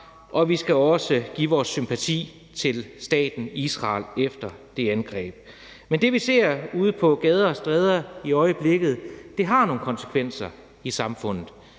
og vi skal også give vores sympati til staten Israel efter det angreb. Men det, vi ser ude på gader og stræder i øjeblikket, har nogle konsekvenser i samfundet.